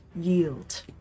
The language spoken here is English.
yield